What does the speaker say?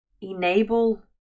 enable